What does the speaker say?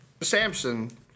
Samson